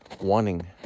wanting